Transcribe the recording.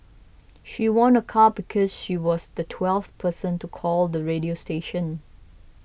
she won a car because she was the twelfth person to call the radio station